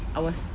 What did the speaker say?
I was